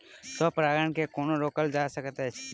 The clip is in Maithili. स्व परागण केँ कोना रोकल जा सकैत अछि?